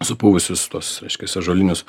supuvusius tuos reiškias ąžuolinius